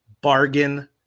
bargain